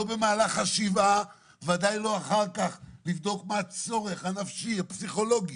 לא במהלך השבעה ובוודאי לא אחר כך - לבדוק מה הצורך הנפשי הפסיכולוגי.